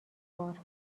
بار